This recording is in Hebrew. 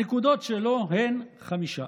הנקודות שלו הן חמישה.